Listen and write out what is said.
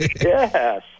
Yes